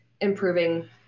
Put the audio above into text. improving